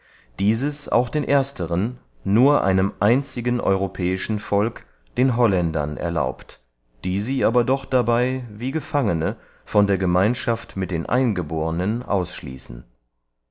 dieses auch den ersteren nur einem einzigen europäischen volk den holländern erlaubt die sie aber doch dabey wie gefangene von der gemeinschaft mit den eingebohrnen ausschließen